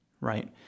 right